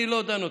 אני לא דן אתכם,